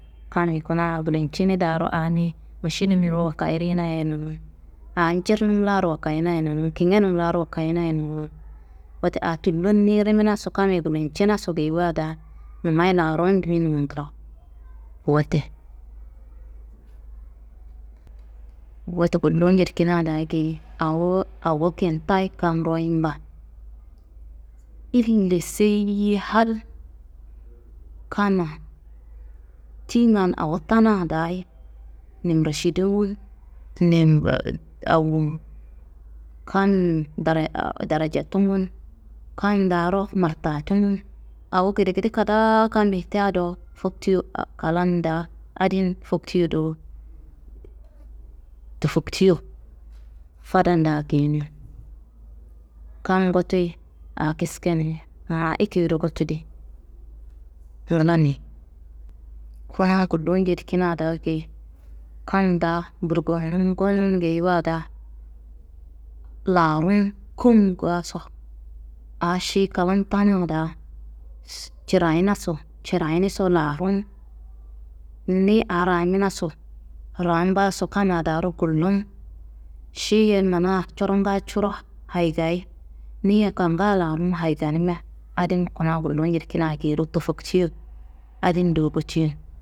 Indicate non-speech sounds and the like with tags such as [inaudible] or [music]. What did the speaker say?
Kammi kuna gulincini daaro aa niyi mašinimiro wakayirina ye nonumbu, aa njirnum laaro wakayina ye nonum, kingenum laaro wakayina ye nonum. Wote aa tullon niyi riminaso, kammi gulcinaso geyiwa daa numayi larum diminwa nglawo. Wote, [noise] wote gullu jedikina daa geyi awo, awo kintayi kam royin baa, ille seyi hal kamma tiyingan awo tana daayi nimrašuduwu n, nin [unintelligible] daracatungu n kam daaro martatungu n awo gedegede kadaa kammi tea do, foktiyo [hesitation] klan daa adin foktiyo do, tofoktiyo fadanda geyenoyi. Kam gotuyi aa kiskeni ma ekeyiro gottu di ngilaniyi. Kuna gullu njedikina daa geyi kam daa burgowunun gonun geyiwa daa laarun kumngaso, aa šiyi klan tana daa [hesitation] cirayinaso, cirayiniso larun, niyi aa raminaso, rambaso kamma daaro gullun, ši- ye mana coronga curo, hayigayi ni- ye kangaa laarun hayiganima adin kuna gullu njedikina geyiro tofoktiyo adin do gottiyon.